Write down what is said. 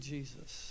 Jesus